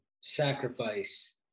sacrifice